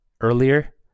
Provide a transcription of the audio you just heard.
earlier